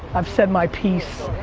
i've said my piece.